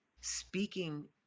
speaking